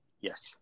Yes